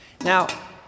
Now